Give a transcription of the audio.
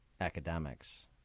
academics